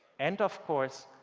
and, of course,